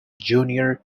junior